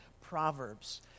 Proverbs